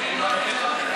התשע"ו 2015, לא נתקבלה.